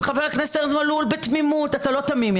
וחבר הכנסת ארז מלול בתמימות אתה לא תמים,